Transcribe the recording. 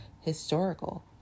historical